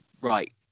right